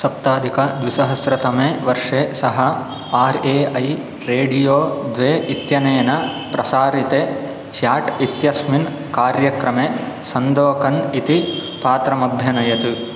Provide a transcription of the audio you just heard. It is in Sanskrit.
सप्ताधिक द्विसहस्र तमे वर्षे सः आर् ए ऐ रेडियो द्वे इत्यनेन प्रसारिते चेट् इत्यस्मिन् कार्यक्रमे सन्दोकन् इति पात्रमभ्यनयत्